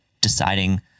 deciding